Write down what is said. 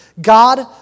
God